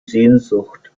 sehnsucht